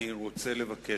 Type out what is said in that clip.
אני רוצה לבקש,